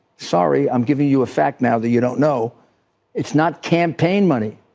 sorry. i'm giving you a fact now that you don't know it's not campaign money.